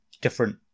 different